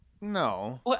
no